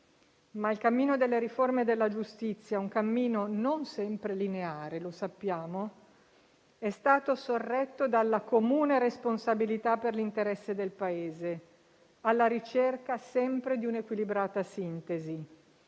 Ma il cammino delle riforme della giustizia - un cammino non sempre lineare, lo sappiamo - è stato sorretto dalla comune responsabilità per l'interesse del Paese, alla ricerca sempre di un'equilibrata sintesi,